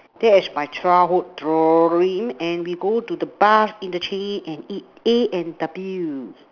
that is my childhood dream and we go to the bus interchange and eat A and W